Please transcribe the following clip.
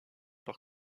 par